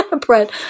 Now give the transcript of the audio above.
bread